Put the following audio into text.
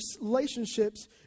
relationships